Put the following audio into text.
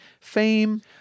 Fame